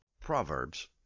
Proverbs